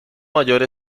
mayor